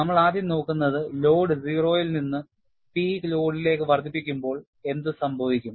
നമ്മൾ ആദ്യം നോക്കുന്നത് ലോഡ് 0 ൽ നിന്ന് പീക്ക് ലോഡിലേക്ക് വർദ്ധിപ്പിക്കുമ്പോൾ എന്തുസംഭവിക്കും